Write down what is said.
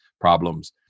problems